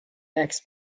عکس